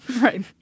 right